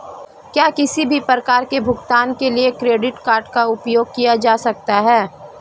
क्या किसी भी प्रकार के भुगतान के लिए क्रेडिट कार्ड का उपयोग किया जा सकता है?